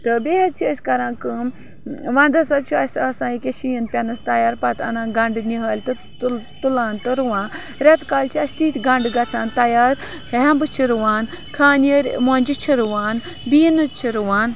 تہٕ بیٚیہِ حظ چھِ أسۍ کَران کٲم وَندَس حظ چھُ اَسہِ آسان ییٚکیٛاہ شیٖن پیٚنَس تَیار پَتہٕ اَنان گَنٛڈٕ نِہٕلۍ تہٕ تُلان تہٕ رُوان رٮ۪تہٕ کالہِ چھِ اَسہِ تِتھۍ گَنٛڈٕ گژھان تَیار ہٮ۪مبہٕ چھِ رُوان کھانیٲرۍ مۄنجہِ چھِ رُوان بیٖنٕز چھِ رُوان